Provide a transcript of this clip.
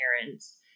parents